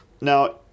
Now